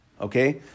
okay